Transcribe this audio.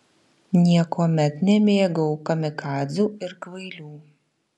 niekuomet nemėgau kamikadzių ir kvailių